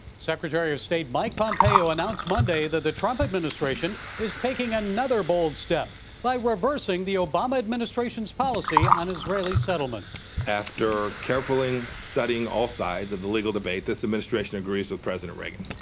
secretary of state mike pompeo announced monday that the trump administration is taking another bold step by reversing the obama administration's policy on israeli settlements. after carefully all sides of the legal debate, this administration agrees with president reagan.